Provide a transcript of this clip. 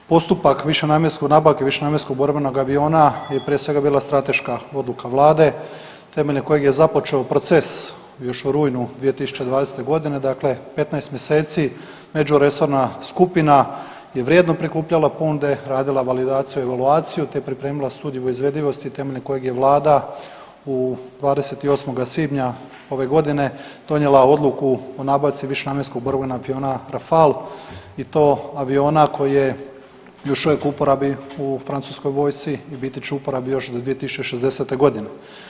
Postupak višenamjenskog, nabave višenamjenskog borbenog aviona je prije svega bila strateška odluka vlade temeljem kojeg je započeo proces još u rujnu 2020. godine, dakle 15 mjeseci međuresorna skupina je vrijedno prikupljala ponude, radila validaciju, evaluaciju te pripremila studiju izvedivosti temeljem kojeg je vlada u 28. svibnja ove godine donijela odluku o nabavci višenamjenskog borbenog aviona Rafal i to aviona koji je još uvijek u uporabi u francuskoj vojsci i biti će u uporabi još do 2060. godine.